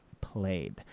played